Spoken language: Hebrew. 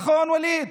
נכון, ווליד?